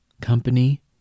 company